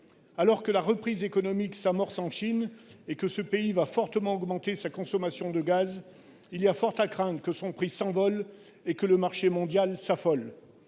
Alors que la reprise économique s'amorce en Chine et que ce pays va fortement augmenter sa consommation de gaz, il y a fort à craindre que le prix de cette énergie ne s'envole et que le marché mondial ne s'affole.